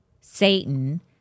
Satan